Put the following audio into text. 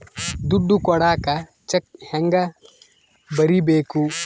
ದುಡ್ಡು ಕೊಡಾಕ ಚೆಕ್ ಹೆಂಗ ಬರೇಬೇಕು?